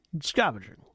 scavenging